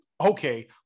okay